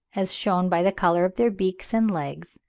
as shewn by the colour of their beaks and legs,